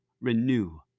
renew